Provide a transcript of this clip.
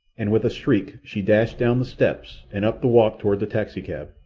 and with a shriek she dashed down the steps and up the walk toward the taxicab,